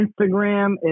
Instagram